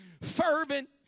fervent